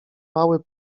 mały